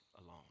alone